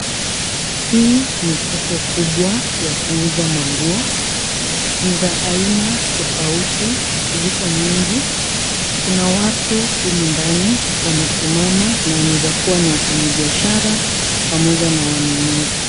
Hii ni soko kubwa ya kuuza manguo. Ni za aina tofauti, ziko mingi. Kuna watu humu ndani wamesimama na wanaweza kuwa ni wafanyibiashara pamoja na wanunuzi.